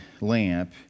lamp